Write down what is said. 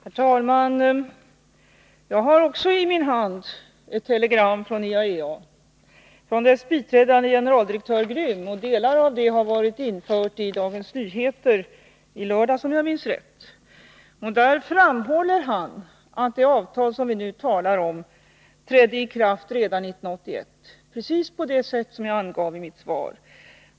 Herr talman! Jag har också i min hand ett telegram från IAEA, från dess biträdande generaldirektör Grämm. Delar av det har varit infört i Dagens Nyheter i lördags, om jag minns rätt. Där framhåller Grämm att det avtal vi nu talar om trädde i kraft redan 1981, precis på det sätt som jag angav i mitt svar.